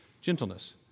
gentleness